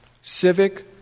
Civic